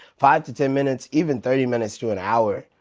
five to ten minutes, even thirty minutes to an hour